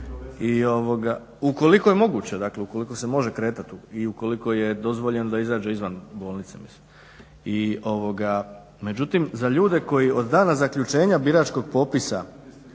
moguće. Ukoliko je moguće, dakle ukoliko se može kretati i ukoliko je dozvoljeno da izađe izvan bolnice. Međutim za ljude koji od dana zaključenja biračkog popisa